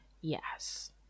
Yes